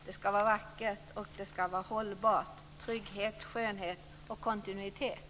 Det ska vara vackert. Det ska vara hållbart. Det är trygghet, skönhet och kontinuitet.